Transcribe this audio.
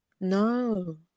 No